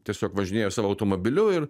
tiesiog važinėju savo automobiliu ir